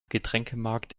getränkemarkt